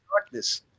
darkness